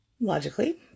logically